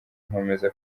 nkomeza